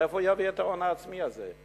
מאיפה הוא יביא את ההון העצמי הזה?